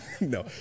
No